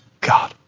God